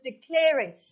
declaring